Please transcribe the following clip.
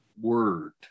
word